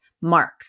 mark